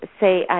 say